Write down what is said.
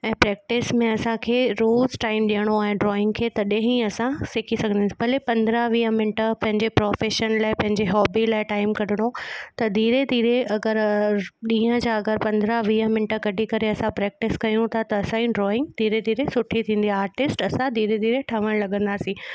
ऐं प्रैक्टिस में असांखे रोज टाइम ॾियणो आहे ड्रॉइंग खे तॾहिं ई असां सिखी सघंदासीं भले पंद्रहं वीह मिंट पंहिंजे प्रोफेशन लाइ पंहिंजे हॉबी लाइ टाइम कढिणो त धीरे धीरे अगरि ॾींहुं जा अगरि पंद्रहं वीह मिंट कढी करे असां प्रैक्टिस कयूं त असांजी ड्रॉइंग धीरे धीरे सुठी थींदी आहे आर्टिस्ट असां धीरे धीरे ठहण लॻंदासीं